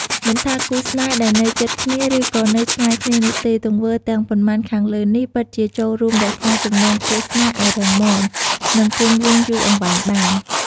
មិនថាគូរស្នេហ៍ដែលនៅជិតគ្នាឬក៏នៅឆ្ងាយនោះទេ ទង្វើទាំងប៉ុន្មានខាងលើនេះពិតជាចូលរួមរក្សាចំំណងគូរស្នេហ៍ឱ្យរឹងមាំ និងគង់វង្សយូរអង្វែងបាន។